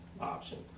option